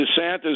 DeSantis